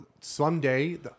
someday